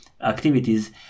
activities